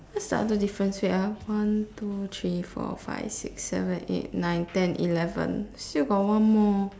what is the other different wait ah one two three four five six seven eight nine ten eleven still got one more